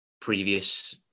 previous